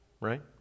right